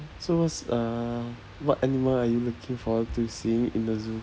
so what's uh what animal are you looking forward to seeing in the zoo